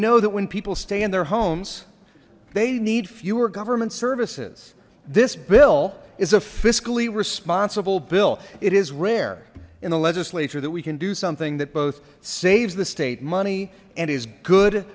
know that when people stay in their homes they need fewer government services this bill is a fiscally responsible bill it is rare in the legislature that we can do something that both saves the state money and is good